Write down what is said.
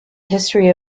history